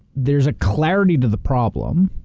there's a clarity to the problem.